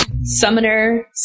Summoner